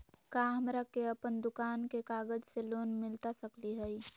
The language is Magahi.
का हमरा के अपन दुकान के कागज से लोन मिलता सकली हई?